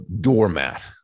doormat